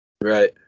Right